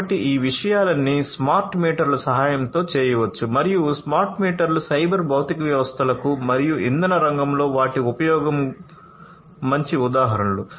కాబట్టి ఈ విషయాలన్నీ స్మార్ట్ మీటర్ల సహాయంతో చేయవచ్చు మరియు స్మార్ట్ మీటర్లు సైబర్ భౌతిక వ్యవస్థలకు మరియు ఇంధన రంగంలో వాటి ఉపయోగం మంచి ఉదాహరణలు